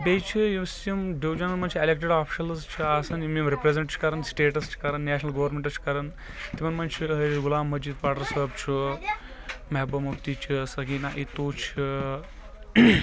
بیٚیہِ چھُ یُس یِم ڈِوجنن منٛز چھ ایٚلٮ۪کٹِڈ آفشلز چھِ آسان یِم یہِ رِپریزنٹ چھ کران سٹیٹس چھ کران نیشنل گورمیٚنٹس چھ کران تِمن منٛز چھ غلام مجیٖد پڈر صأب چھُ محبوٗبہ مُفتی چھ سکیٖنہ اِتوٗ چھ